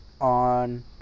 on